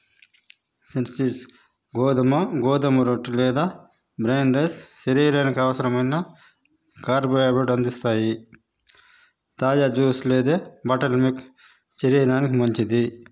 seeds గోధుమ గోధుమ రొట్టె లేదా బ్రౌన్ రైస్ శరీరానికి అవసరమైన కార్బోహైడ్రేట్స్ అందిస్తాయి తాజా జ్యూస్ లేదా బటర్ మిల్క్ శరీరానికి మంచిది